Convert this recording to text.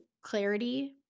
clarity